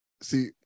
see